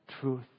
truth